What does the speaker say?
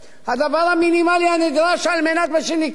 הדבר המינימלי הנדרש על מנת, מה שנקרא,